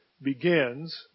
Begins